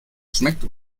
schmeckt